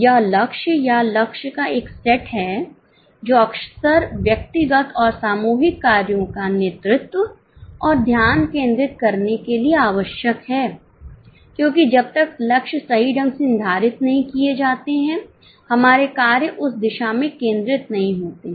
यह लक्ष्य या लक्ष्य का एक सेट है जो अक्सर व्यक्तिगत और सामूहिक कार्यों का नेतृत्व और ध्यान केंद्रित करने के लिए आवश्यक है क्योंकि जब तक लक्ष्य सही ढंग से निर्धारित नहीं किए जाते हैं हमारे कार्य उस दिशा में केंद्रित नहीं होते हैं